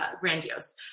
grandiose